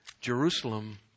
Jerusalem